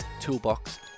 toolbox